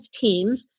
Teams